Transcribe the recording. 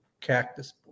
Cactus